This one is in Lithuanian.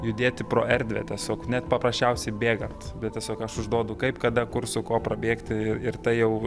judėti pro erdvę tiesiog net paprasčiausiai bėgant bet tiesiog aš užduodu kaip kada kur su kuo prabėgti ir ir tai jau